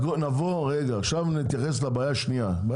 עכשיו נתייחס לבעיה השנייה,